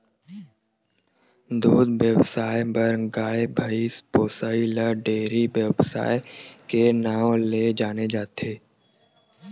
दूद बेवसाय बर गाय, भइसी पोसइ ल डेयरी बेवसाय के नांव ले जाने जाथे